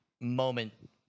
moment